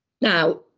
Now